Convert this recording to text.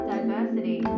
Diversity